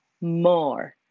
more